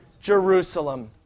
Jerusalem